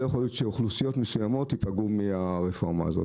לא ייתכן שאוכלוסיות מסוימות ייפגעו מהרפורמה הזאת.